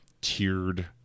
tiered